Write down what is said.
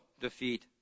defeat